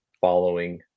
following